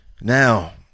now